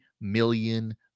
million